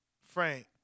Frank